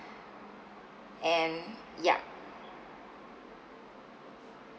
and yup